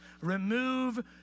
remove